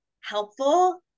helpful